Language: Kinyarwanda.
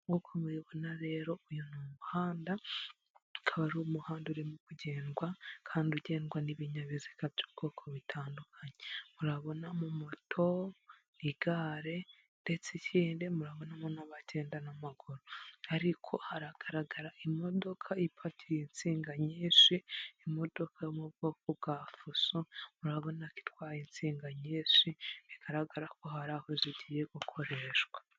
Nk'uko mubibona rero, uyu ni umuhanda, ukaba ari umuhanda urimo kugendwa kandi ugendwa n'ibinyabiziga by'ubwoko bitandukanye. Murabonamo moto, nigare, ndetse kandi murabonamo n'abagenda n'amaguru. Ariko haragaragara imodoka ipakiye insinga nyinshi, imodoka yo mu bwoko bwa fuso, murabona ko itwaye insinga nyinshi bigaragara ko hari aho zigiye gukoreshwa.